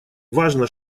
важно